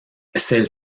celles